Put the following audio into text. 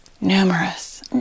numerous